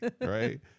right